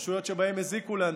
רשויות שבהן הזיקו לאנטנות,